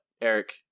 Eric